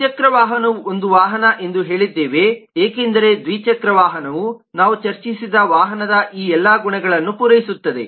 ದ್ವಿಚಕ್ರ ವಾಹನವು ಒಂದು ವಾಹನ ಎಂದು ನಾವು ಹೇಳಿದ್ದೇವೆ ಏಕೆಂದರೆ ದ್ವಿಚಕ್ರ ವಾಹನವು ನಾವು ಚರ್ಚಿಸಿದ ವಾಹನದ ಈ ಎಲ್ಲಾ ಗುಣಗಳನ್ನು ಪೂರೈಸುತ್ತದೆ